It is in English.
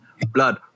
blood